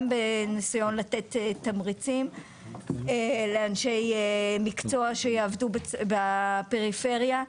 גם בניסיון לתת תמריצים לאנשי מקצוע שיעבדו בפריפריה,